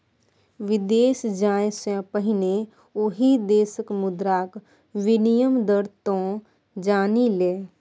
विदेश जाय सँ पहिने ओहि देशक मुद्राक विनिमय दर तँ जानि ले